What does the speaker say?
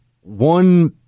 one